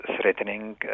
threatening